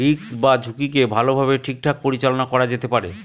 risk বা ঝুঁকিকে ভালোভাবে ঠিকঠাক পরিচালনা করা যেতে পারে